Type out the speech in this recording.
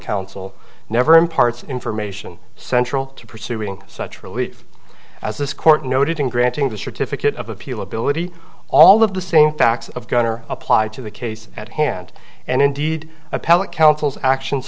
counsel never imparts information central to pursuing such relief as this court noted in granting the certificate of appeal ability all of the same facts of going are applied to the case at hand and indeed appellate counsel's actions